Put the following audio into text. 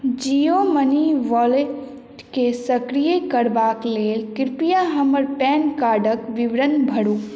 Jio money वैलेटके सक्रिय करबाके लेल कृपया हमर पैन कार्डके विवरण भरू